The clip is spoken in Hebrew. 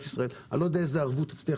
ישראל אני לא יודע איזו ערבות תצליח.